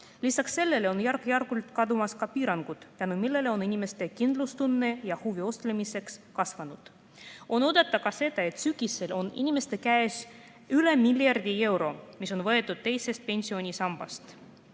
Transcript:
Lisaks sellele on järk-järgult kadumas ka piirangud, tänu millele on inimeste kindlustunne ja ostlemishuvi kasvanud. On oodata ka seda, et sügisel on inimeste käes üle miljardi euro, mis on võetud teisest pensionisambast.